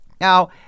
Now